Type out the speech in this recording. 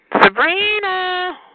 Sabrina